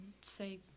say